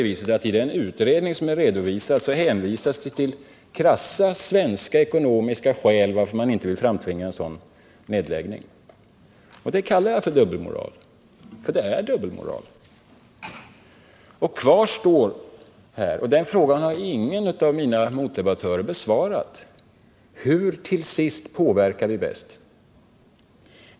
I den utredning som är redovisad hänvisas till krassa svenska ekonomiska skäl för att man inte vill framtvinga en nedläggning. Det kallar jag för dubbelmoral — för det är dubbelmoral. Kvar står en fråga som ingen av mina motdebattörer har besvarat: Hur påverkar vi bäst?